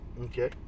Okay